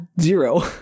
zero